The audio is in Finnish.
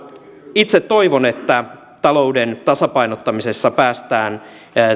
itse toivon että talouden tasapainottamisessa päästään